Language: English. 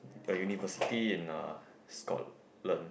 the university in uh Scotland